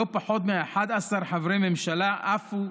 לא פחות מ-11 חברי ממשלה עפו,